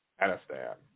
Afghanistan